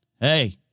hey